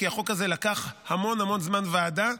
כי החוק הזה לקח המון המון זמן ועדה,